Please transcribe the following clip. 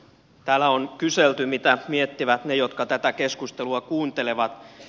täällä on kyselty mitä miettivät ne jotka tätä keskustelua kuuntelevat